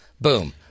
Boom